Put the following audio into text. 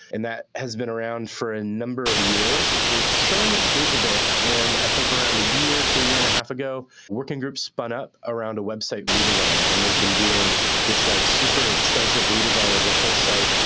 and that has been around for a number of years. it's showing its age a bit. and i think, around a year to a year and a half ago, a working group spun up around a website redesign. and they've been doing this like super extensive redesign of the whole site.